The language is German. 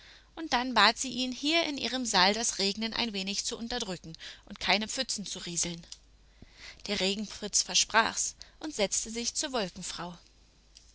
und dann bat sie ihn hier in ihrem saal das regnen ein wenig zu unterdrücken und keine pfützen zu rieseln der regenfritz versprach's und setzte sich zur wolkenfrau